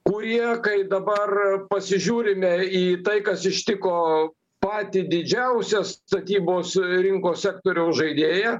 kurie kai dabar pasižiūrime į tai kas ištiko patį didžiausią statybos rinkos sektoriaus žaidėją